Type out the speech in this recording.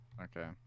Okay